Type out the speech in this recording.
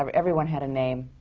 um everyone had a name.